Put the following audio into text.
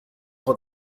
from